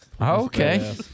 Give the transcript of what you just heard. Okay